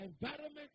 environment